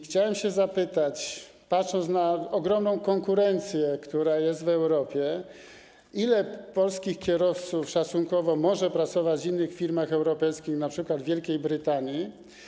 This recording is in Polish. Chciałem zapytać, patrząc na ogromną konkurencję, która jest w Europie: Ilu polskich kierowców szacunkowo może pracować w innych firmach europejskich, np. w Wielkiej Brytanii?